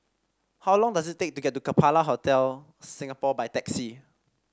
how long does it take to get to Capella Hotel Singapore by taxi